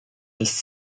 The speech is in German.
des